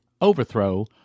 overthrow